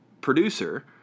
producer